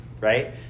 right